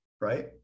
Right